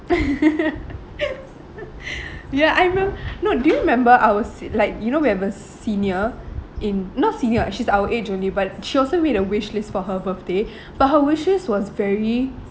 ya I remem~ no do you remember I was like you know we have a senior in not senior she's our age only but she also made a wishlist for her birthday but her wishes was very